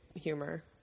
humor